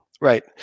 Right